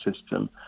system